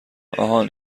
آهان